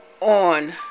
on